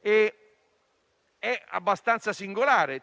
è abbastanza singolare.